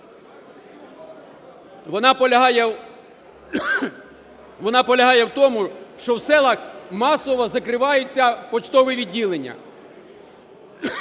вона полягає в тому, що в селах масово закриваються поштові відділення.